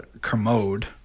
Kermode